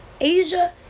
Asia